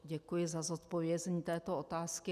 Děkuji za zodpovězení této otázky.